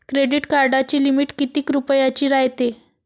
Credit कार्डाची limit कितीक रुपयाची रायते?